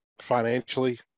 financially